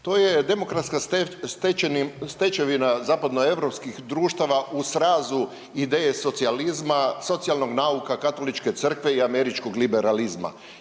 To je demokratska stečevina zapadnoeuropskih društava u srazu ideje socijalizma, socijalnog nauka Katoličke crkve i američkog liberalizma